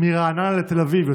מרעננה דרום לתחנות תל אביב,